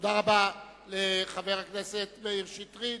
תודה רבה לחבר הכנסת מאיר שטרית,